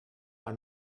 are